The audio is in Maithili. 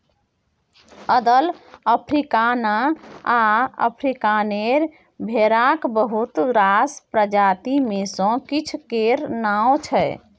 अदल, अफ्रीकाना आ अफ्रीकानेर भेराक बहुत रास प्रजाति मे सँ किछ केर नाओ छै